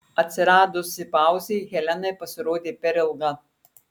atsiradusi pauzė helenai pasirodė per ilga